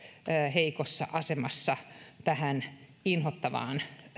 heikossa asemassa tähän inhottavaan